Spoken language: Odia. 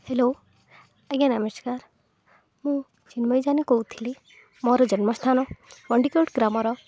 ହ୍ୟାଲୋ ଆଜ୍ଞା ନମସ୍କାର ମୁଁ ଚିନ୍ମୟ ଜାନି କହୁଥିଲି ମୋର ଜନ୍ମସ୍ଥାନ ପଣ୍ଡିକୋଟ ଗ୍ରାମର